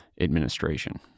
administration